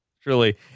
truly